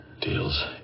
deals